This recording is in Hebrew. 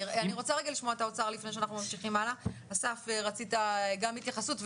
אני רוצה לשמוע את האוצר, שביקש גם לומר התייחסות.